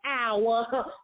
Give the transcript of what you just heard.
hour